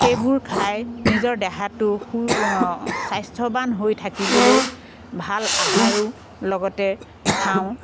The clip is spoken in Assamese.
সেইবোৰ খাই নিজৰ দেহাটো সু স্বাস্থ্যৱান হৈ থাকিবলৈ ভাল আহাৰো লগতে খাওঁ